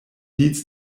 leads